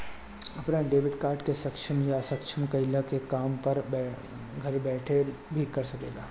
अपनी debit card के सक्षम या असक्षम कईला के काम घर बैठल भी कर सकेला